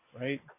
right